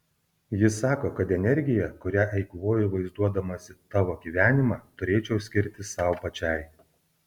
ji sako kad energiją kurią eikvoju vaizduodamasi tavo gyvenimą turėčiau skirti sau pačiai